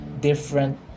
different